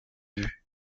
vues